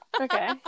Okay